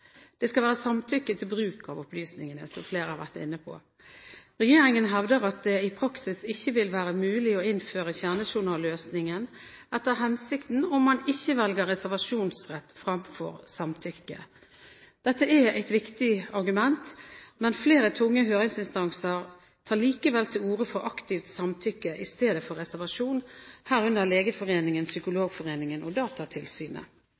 Det skal være samtykke til bruk av opplysningene, som flere har vært inne på. Regjeringen hevder at det i praksis ikke vil være mulig å innføre kjernejournalløsningen etter hensikten, om man ikke velger reservasjonsrett fremfor samtykke. Dette er et viktig argument, men flere tunge høringsinstanser tar likevel til orde for aktivt samtykke i stedet for reservasjon, herunder Legeforeningen, Psykologforeningen og Datatilsynet.